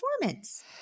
performance